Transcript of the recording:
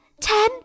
Ten